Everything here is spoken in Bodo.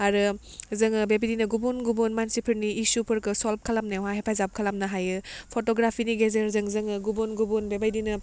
आरो जोङो बेबायदिनो गुबुन गुबुन मानसिफोरनि इसुफोरखौ सल्भ खालामनायावहा हेफाजाब खालामनो हायो फट'ग्राफिनि गेजेरजों जोङो गुबुन गुबुन बेबादिनो